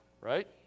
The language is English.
Right